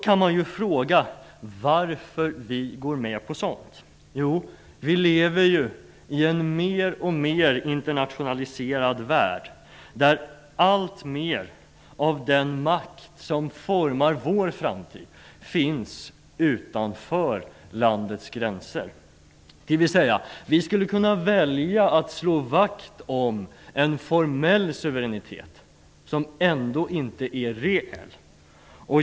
Man kan fråga varför vi går med på sådant. Jo, vi lever i en mer och mer internationaliserad värld där alltmer av den makt som formar vår framtid finns utanför landets gränser. Vi skulle kunna välja att slå vakt om en formell suveränitet som ändå inte är reell.